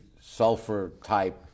sulfur-type